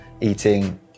eating